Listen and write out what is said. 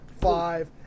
five